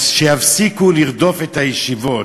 שיפסיקו לרדוף את הישיבות,